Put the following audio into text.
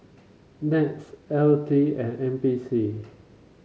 NETS L T and N P C